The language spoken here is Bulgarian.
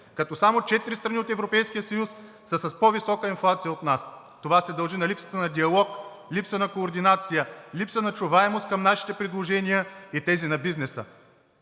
като само четири страни от Европейския съюз са с по висока инфлация от нас. Това се дължи на липсата на диалог, липсата на координация, липсата на чуваемост към нашите предложения и тези на бизнеса.